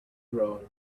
droned